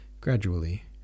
gradually